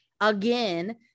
again